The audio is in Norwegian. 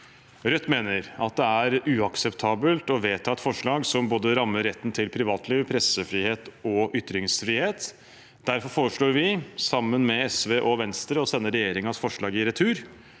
Rødt mener at det er uakseptabelt å vedta et forslag som rammer både retten til privatliv, pressefriheten og ytringsfriheten. Derfor foreslår vi, sammen med SV og Venstre, å sende regjeringens forslag i retur,